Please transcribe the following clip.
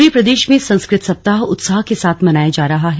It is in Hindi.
पूरे प्रदेश में संस्कृत सप्ताह उत्साह के साथ मनाया जा रहा है